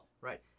right